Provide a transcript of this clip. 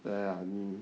刷牙了你